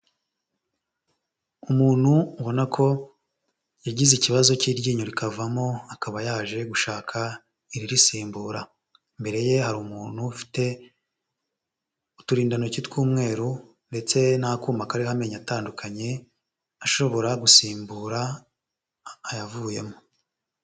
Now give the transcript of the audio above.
Umuntu ubona ko yagize ikibazo cy'iryinyo rikavamo, akaba yaje gushaka iririsimbura. Imbere ye hari umuntu ufite uturindantoki tw'umweru ndetse n'akuma kariho amenyo atandukanye, ashobora gusimbura ayavuyemo.